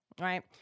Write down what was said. right